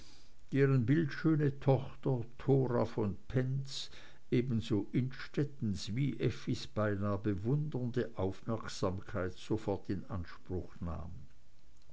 deren bildschöne tochter thora von penz ebenso innstettens wie effis beinah bewundernde aufmerksamkeit sofort in anspruch nahm